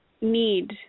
need